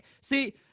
see